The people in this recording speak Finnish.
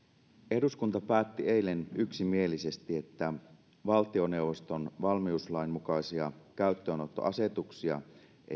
eduskunta päätti eilen yksimielisesti että valtioneuvoston valmiuslain mukaisia käyttöönottoasetuksia ei